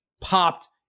popped